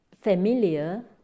familiar